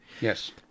yes